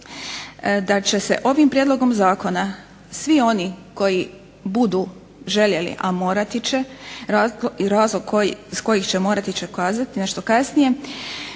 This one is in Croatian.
da će se ovim prijedlogom zakona svi oni koji budu željeli, a morati će i razlog iz kojeg će morati ću kazati nešto kasnije